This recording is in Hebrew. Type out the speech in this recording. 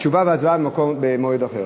תשובה והצבעה במועד אחר,